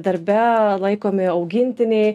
darbe laikomi augintiniai